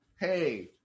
hey